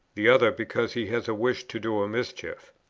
the other because he has a wish to do a mischief.